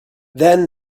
then